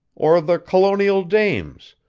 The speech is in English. or the colonial dames,